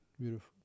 Beautiful